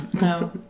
no